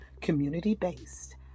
community-based